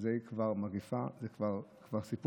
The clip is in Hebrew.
זה לא משהו